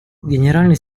генеральный